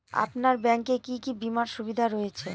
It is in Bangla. আপনার ব্যাংকে কি কি বিমার সুবিধা রয়েছে?